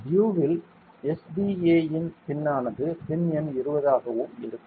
டியூவில் SDA pin ஆனது pin எண் 20 ஆகவும் இருக்கும்